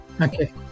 Okay